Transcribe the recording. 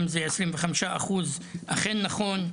אם ה-25% אכן נכון?